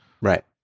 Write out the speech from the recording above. right